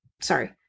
Sorry